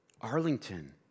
Arlington